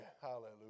Hallelujah